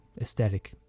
aesthetic